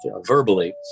verbally